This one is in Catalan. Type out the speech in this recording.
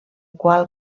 qual